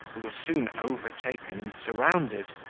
who were soon overtaken and surrounded.